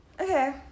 Okay